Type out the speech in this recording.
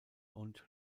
und